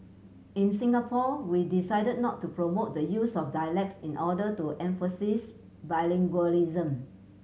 in Singapore we decided not to promote the use of dialects in order to emphasise bilingualism